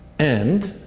and